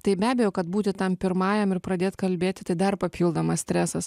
tai be abejo kad būti tam pirmajam ir pradėt kalbėti tai dar papildomas stresas